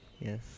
Yes